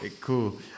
cool